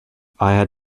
had